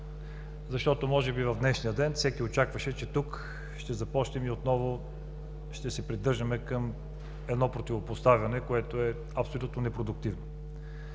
дебат! Може би в днешния ден всеки очакваше, че тук ще започнем и отново ще се придържаме към противопоставяне, което е абсолютно непродуктивно.